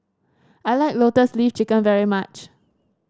I like Lotus Leaf Chicken very much